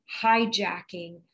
hijacking